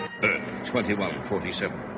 2147